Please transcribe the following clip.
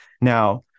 Now